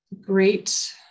Great